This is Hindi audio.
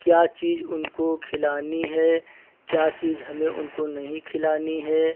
क्या चीज़ उनको खिलानी है क्या चीज़ हमें उनको नहीं खिलानी है